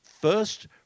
first